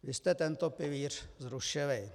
Vy jste tento pilíř zrušili.